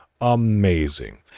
Amazing